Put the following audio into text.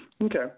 okay